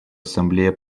ассамблея